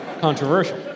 Controversial